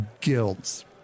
guilds